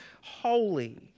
holy